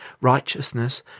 Righteousness